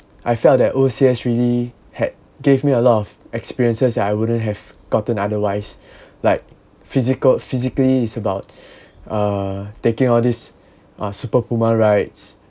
I felt that O_C_S really had gave me a lot of experiences that I wouldn't have gotten otherwise like physical physically is about uh taking all these uh super puma rides